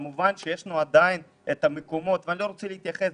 כמובן שעדיין יש את המקומות ואני לא רוצה להתייחס,